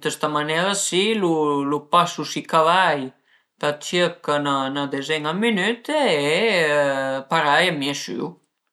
ën sta maniera si lu lu pasu si cavei për circa 'na dezena d'minüte e parei m'i süu